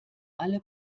alle